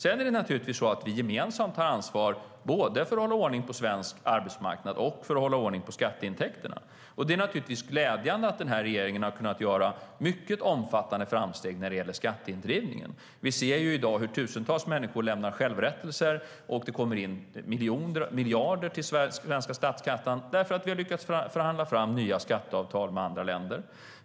Sedan är det naturligtvis så att vi gemensamt har ansvar både för att hålla ordning på svensk arbetsmarknad och för att hålla ordning på skatteintäkterna. Det är naturligtvis glädjande att den här regeringen har kunnat göra mycket omfattande framsteg när det gäller skatteindrivningen. Vi ser i dag hur tusentals människor lämnar självrättelser och det kommer in miljarder till den svenska statskassan därför att vi har lyckats förhandla fram nya skatteavtal med andra länder.